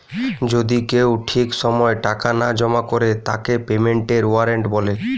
যদি কেউ ঠিক সময় টাকা না জমা করে তাকে পেমেন্টের ওয়ারেন্ট বলে